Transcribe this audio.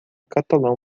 catalão